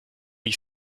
ich